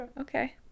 Okay